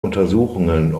untersuchungen